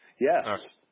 Yes